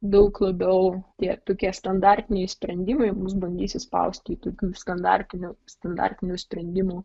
daug labiau tie tokie standartiniai sprendimai mus bandys įspausti į tokių standartiniu standartinių sprendimų